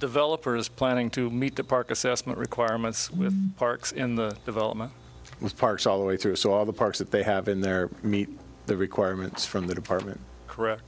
developer is planning to meet the park assessment requirements parks in the development which parks all the way through saw the parks that they have in there meet the requirements from the department correct